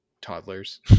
toddlers